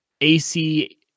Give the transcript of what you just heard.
AC